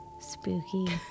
Spooky